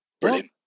Brilliant